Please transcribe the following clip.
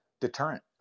deterrent